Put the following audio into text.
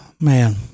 man